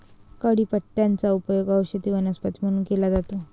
कढीपत्त्याचा उपयोग औषधी वनस्पती म्हणून केला जातो